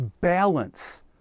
balance